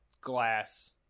glass